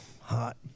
hot